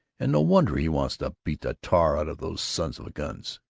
and no wonder he wants to beat the tar out of those sons of guns!